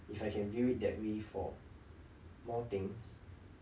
if I can view that way for more things